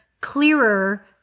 clearer